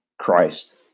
Christ